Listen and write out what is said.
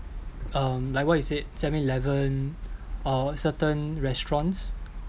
um like what you said seven eleven or certain restaurants